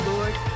Lord